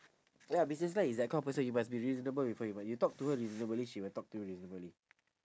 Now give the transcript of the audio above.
ya missus lai is that kind of person you must be reasonable with her you m~ you talk to her reasonably she will talk to you reasonably